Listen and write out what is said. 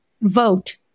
vote